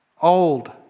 old